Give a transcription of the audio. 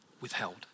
withheld